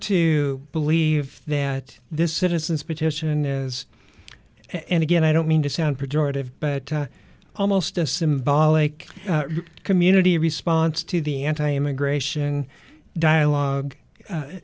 to believe that this citizens petition is and again i don't mean to sound protests but almost a symbolic community response to the anti immigration dialogue